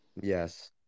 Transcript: Yes